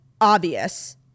obvious